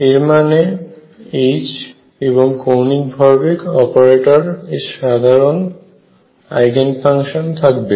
এর মানে H এবং কৌণিক ভরবেগ অপারেটর এর সাধারণ আইগেন ফাংশন থাকবে